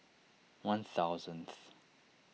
one thousandth